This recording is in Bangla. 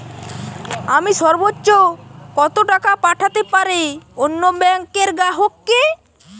আমি সর্বোচ্চ কতো টাকা পাঠাতে পারি অন্য ব্যাংক র গ্রাহক কে?